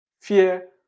fear